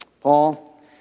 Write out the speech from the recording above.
Paul